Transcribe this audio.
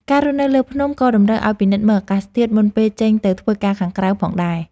ការរស់នៅលើភ្នំ ក៏តម្រូវឲ្យពិនិត្យមើលអាកាសធាតុមុនពេលចេញទៅធ្វើការខាងក្រៅផងដែរ។